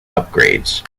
upgrades